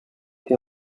été